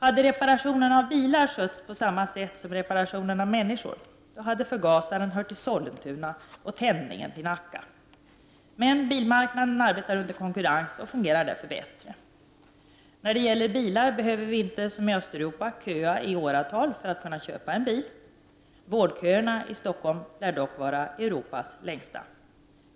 Om reparationer av bilar hade skötts på samma sätt som reparationer av människor, hade förgasaren hört till Sollentuna och tändningen till Nacka. Men bilmarknaden arbetar under konkurrens och fungerar därför bättre. När det gäller bilar behöver vi inte som i Östeuropa köa i åratal för att få köpa en bil. Vårdköerna i Stockholm lär dock vara Västeuropas längsta.